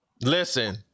Listen